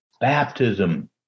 baptism